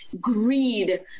greed